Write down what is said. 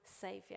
saviour